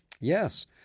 Yes